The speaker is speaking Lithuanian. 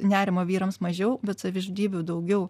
nerimo vyrams mažiau bet savižudybių daugiau